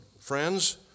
friends